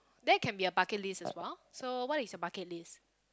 that can be a bucket list as well so what is your bucket list